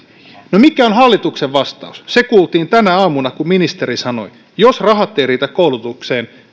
no mikä on hallituksen vastaus se kuultiin tänä aamuna kun ministeri sanoi jos rahat ei riitä koulutukseen